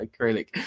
acrylic